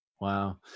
Wow